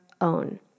own